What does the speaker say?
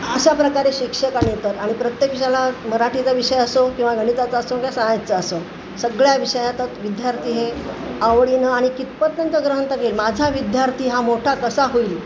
अशा प्रकारे शिक्षक आणि येतात आणि प्रत्येक विषयाला मराठीचा विषय असो किंवा गणिताचा असो किंवा सायन्सचा असो सगळ्या विषयात आता विद्यार्थी हे आवडीनं आणि कितपत त्यांच्या ग्रहांता केली माझा विद्यार्थी हा मोठा कसा होईल